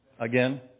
again